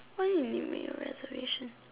what do you mean reservation